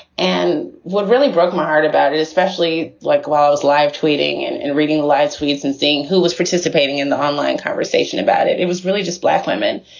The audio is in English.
and what really broke my heart about it, especially like was live tweeting and and reading like tweets and seeing who was participating in the online conversation about it. it was really just black women.